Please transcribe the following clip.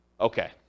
okay